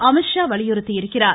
அமீத்ஷா வலியுறுத்தியுள்ளார்